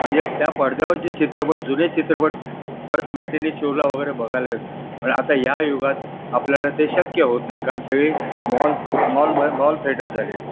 म्हणजे त्या पडद्यावरचे चित्रपट जुने चित्रपट परत मॅटेनी शोला वगैरे बघायला पण आता या युगात आपल्याला ते शक्य होत नाही कारण सगळे मॉल्स मॉल म मॉल थेएटर झालेले